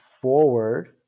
forward